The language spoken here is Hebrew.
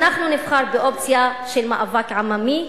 אנחנו נבחר באופציה של מאבק עממי,